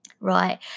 right